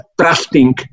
trusting